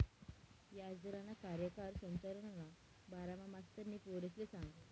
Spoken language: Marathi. याजदरना कार्यकाय संरचनाना बारामा मास्तरनी पोरेसले सांगं